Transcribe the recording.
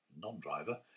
non-driver